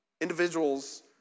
individuals